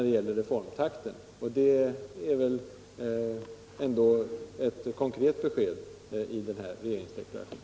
Det är ett konkret besked som ges i regeringsdeklarationen. Allmänpolitisk debatt Allmänpolitisk debatt